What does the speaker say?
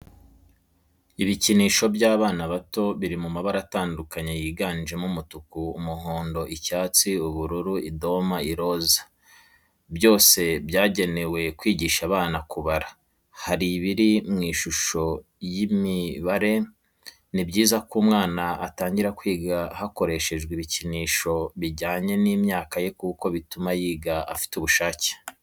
Ibikinisho by'abana bato biri mu mabara atandukanye yiganjemo umutuku, umuhondo, icyatsi, ubururu idoma, iroza, byose byagenewe kwigisha abana kubara, hari ibiri mu ishusho y'imibare. Ni byiza ko umwana atangira kwiga hakoreshejwe ibikinisho bijyanye n'imyaka ye kuko bituma yiga afite ubushake.